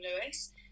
Lewis